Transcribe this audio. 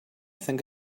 think